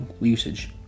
usage